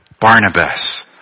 Barnabas